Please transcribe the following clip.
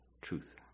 Truth